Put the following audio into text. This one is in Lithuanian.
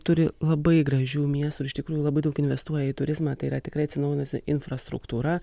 turi labai gražių miestų ir iš tikrųjų labai daug investuoja į turizmą tai yra tikrai atsinaujinusi infrastruktūra